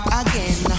again